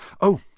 Oh